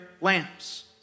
lamps